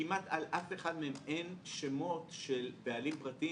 שכמעט על אף אחד מהם אין שמות של בעלים פרטיים